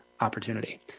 Opportunity